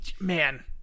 man